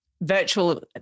virtual